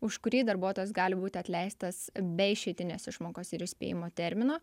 už kurį darbuotojas gali būti atleistas be išeitinės išmokos ir įspėjimo termino